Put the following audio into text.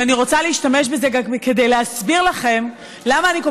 ואני רוצה להשתמש בזה כדי להסביר לכם למה אני כל